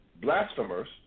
blasphemers